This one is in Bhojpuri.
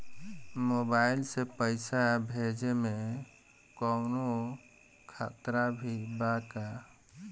मोबाइल से पैसा भेजे मे कौनों खतरा भी बा का?